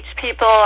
people